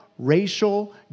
Racial